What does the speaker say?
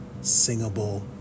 singable